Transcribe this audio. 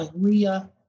diarrhea